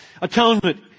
atonement